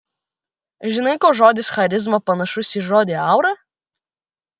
žinai kuo žodis charizma panašus į žodį aura